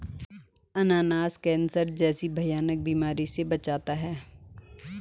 अनानास कैंसर जैसी भयानक बीमारी से बचाता है